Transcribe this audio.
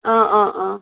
অ অ অ